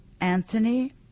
Anthony